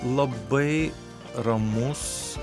labai ramus